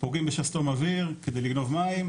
פוגעים בשסתום אויר כדי לגנוב מים,